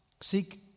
Seek